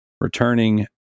returning